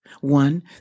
One